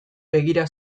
begira